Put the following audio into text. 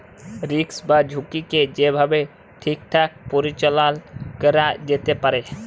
risk বা ঝুঁকিকে যে ভাবে ঠিকঠাক পরিচাললা ক্যরা যেতে পারে